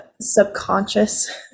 subconscious